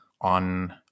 on